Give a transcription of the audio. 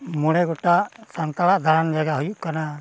ᱢᱚᱬᱮ ᱜᱚᱴᱟᱝ ᱥᱟᱱᱛᱟᱲᱟᱜ ᱫᱟᱲᱟᱱ ᱡᱟᱭᱜᱟ ᱦᱩᱭᱩᱜ ᱠᱟᱱᱟ